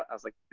i was like,